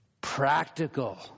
practical